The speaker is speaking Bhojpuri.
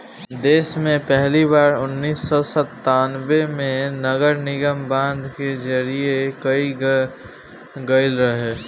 देस में पहिली बार उन्नीस सौ संतान्बे में नगरनिगम बांड के जारी कईल गईल रहे